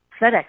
FedEx